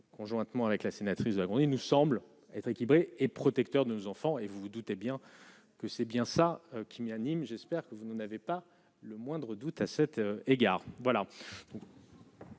conjointement avec la sénatrice nous semble être équilibré et protecteur de nos enfants et vous vous doutez bien que c'est bien ça qui Kimi à Nîmes, j'espère que vous n'avez pas le moindre doute à cet égard,